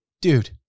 Dude